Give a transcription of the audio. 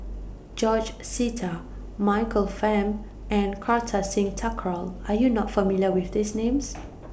George Sita Michael Fam and Kartar Singh Thakral Are YOU not familiar with These Names